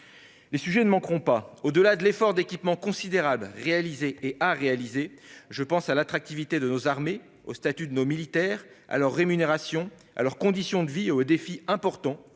Les sujets ne manqueront pas. Au-delà de l'effort d'équipement considérable réalisé et à réaliser, je pense à l'attractivité de nos armées, au statut de nos militaires, à leur rémunération, à leurs conditions de vie, et au défi important